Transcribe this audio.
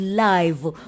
live